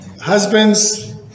Husbands